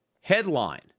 headline